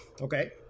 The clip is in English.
Okay